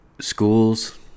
schools